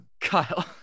Kyle